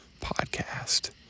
podcast